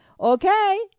okay